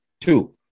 Two